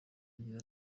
agira